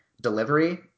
delivery